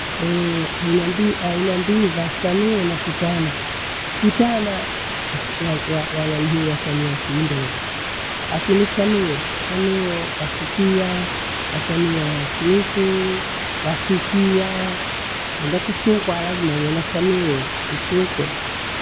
Ehee, aina mbili, aina mbili za chanuo na kitana. Kitana wa- walalihii wachanuo nisiiendeni. Akini chanuo famiheo wakitia wachania kiuku, wasukia. Kwenda kusukwa lazima uwe nachanuo usukwe.